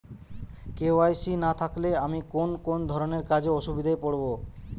KYC না থাকলে আমি কোন কোন ধরনের কাজে অসুবিধায় পড়ব?